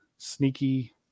sneaky